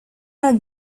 are